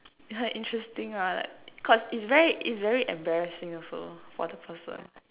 interesting ah like cause it's very it's very embarrassing also for the person